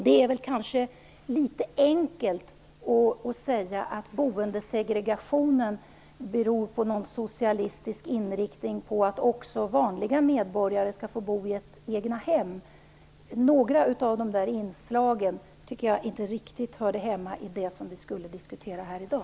Det är väl kanske litet enkelt att säga att boendesegregationen beror på någon socialistisk inriktning på att också vanliga medborgare skall få bo i egnahem. Jag tycker att några av dessa inslag inte riktigt hör hemma i den diskussion som vi skall föra här i dag.